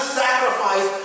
sacrifice